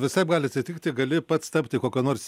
visaip gali atsitikti gali pats tapti kokio nors